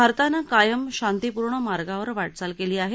भारतानं कायम शांतीपूर्ण मार्गावर वाटचाल केली आहे